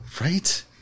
Right